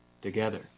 together